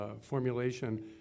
formulation